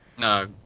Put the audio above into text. No